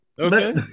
Okay